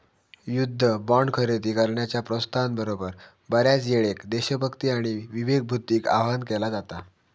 युद्ध बॉण्ड खरेदी करण्याच्या प्रोत्साहना बरोबर, बऱ्याचयेळेक देशभक्ती आणि विवेकबुद्धीक आवाहन केला जाता